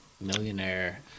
millionaire